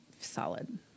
solid